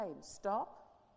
stop